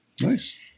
Nice